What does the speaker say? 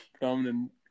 dominant